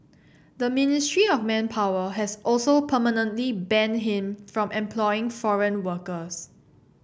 the Ministry of Manpower has also permanently banned him from employing foreign workers